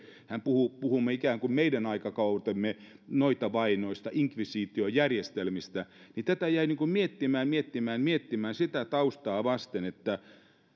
kun hän puhuu että puhumme ikään kuin meidän aikakautemme noitavainoista inkvisitiojärjestelmistä niin tätä jäin miettimään miettimään ja miettimään sitä taustaa vasten että